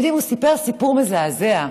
אתם יודעים, הוא סיפר סיפור מזעזע: